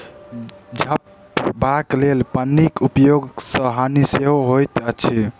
झपबाक लेल पन्नीक उपयोग सॅ हानि सेहो होइत अछि